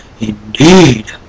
indeed